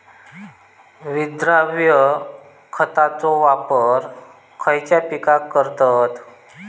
विद्राव्य खताचो वापर खयच्या पिकांका करतत?